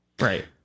Right